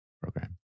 program